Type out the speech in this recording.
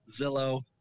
Zillow